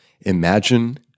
imagine